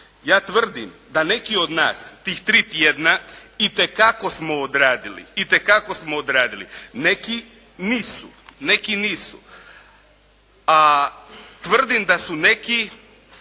Ja tvrdim da neki od nas tih tri tjedna itekako smo odradili. Itekako smo odradili. Neki nisu. A tvrdim da su neki